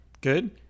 Good